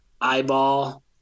eyeball